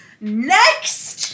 Next